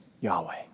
Yahweh